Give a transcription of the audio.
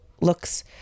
looks